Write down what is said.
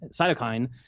cytokine